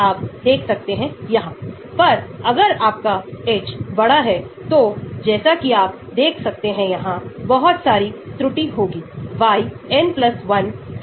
तो यह एक अरेखीय संबंध है तो प्रतिगमन संबंध अरेखीय हो सकता है जैसा कि आप फिर से देख सकते हैं यह log p पर निर्भर करता है लेकिन यह log p वर्ग और log p है